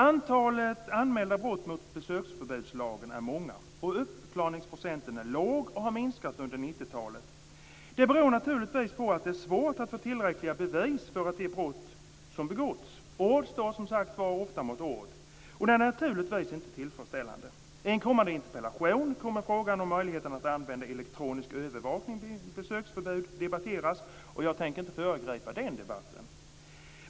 Antalet anmälda brott mot besöksförbudslagen är många. Uppklaringsprocenten är låg och har minskat under 90-talet. Det beror naturligtvis på att det är svårt att få tillräckliga bevis för de brott som begåtts. Ord står som sagt var ofta mot ord. Det är naturligtvis inte tillfredsställande. I en kommande interpellation kommer frågan om möjligheten att använda elektronisk övervakning vid besöksförbud att debatteras. Jag tänker inte föregripa den debatten.